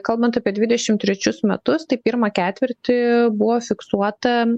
kalbant apie dvidešimt trečius metus tai pirmą ketvirtį buvo fiksuota